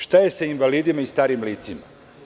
Šta je sa invalidima i starim licima?